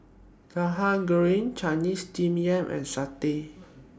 Tauhu Goreng Chinese Steamed Yam and Satay